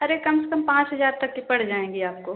अरे कम से कम पाँच हज़ार तक की पड़ जाएंगी आपको